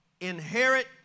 inherit